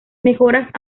mejoras